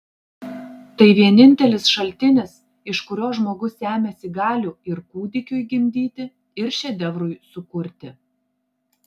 tai vienintelis šaltinis iš kurio žmogus semiasi galių ir kūdikiui gimdyti ir šedevrui sukurti